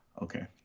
Okay